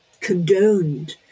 condoned